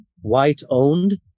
white-owned